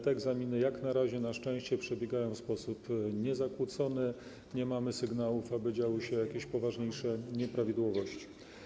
Te egzaminy jak na razie, na szczęście, przebiegają w sposób niezakłócony, nie mamy sygnałów, aby działy się jakieś poważniejsze nieprawidłowości.